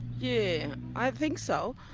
yeah i think so.